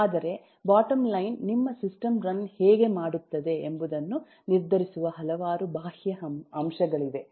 ಆದರೆ bottom line ನಿಮ್ಮ system run ಹೇಗೆ ಮಾಡುತ್ತದೆ ಎಂಬುದನ್ನು ನಿರ್ಧರಿಸುವ ಹಲವಾರು ಬಾಹ್ಯ ಅಂಶಗಳಿವೆ